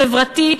חברתי,